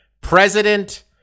President